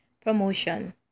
Promotion